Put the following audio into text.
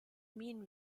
minen